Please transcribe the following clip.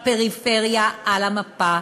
הפריפריה על המפה,